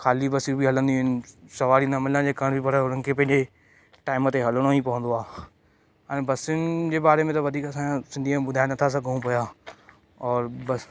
ख़ाली बसियूं बि हलंदियूं आहिनि सवारी न मिलण जे कारण बि पर हुननि खे पंहिंजे टाइम ते हलिणो ई पवंदो आहे हाणे बसियुनि जे बारे में त वधीक असां सिंधी में ॿुधाए न था सघूं पियां और बस